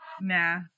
Nah